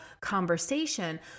conversation